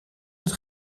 het